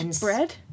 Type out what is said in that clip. Bread